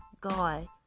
God